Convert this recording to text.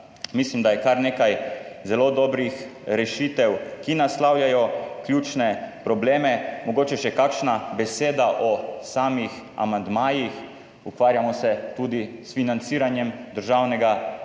Mislim, da je kar nekaj zelo dobrih rešitev, ki naslavljajo ključne probleme. Mogoče še kakšna beseda o samih amandmajih. Ukvarjamo se tudi s financiranjem Državnega